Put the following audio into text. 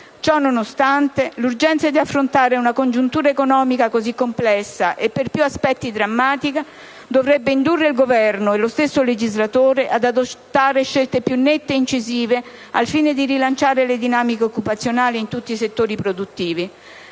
Ciò nonostante, l'urgenza di affrontare una congiuntura economica così complessa, e per più aspetti drammatica, dovrebbe indurre il Governo e lo stesso legislatore ad adottare scelte più nette e incisive al fine di rilanciare le dinamiche occupazionali in tutti i settori produttivi;